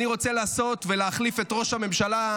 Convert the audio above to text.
אני רוצה להחליף את ראש הממשלה,